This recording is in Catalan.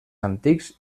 antics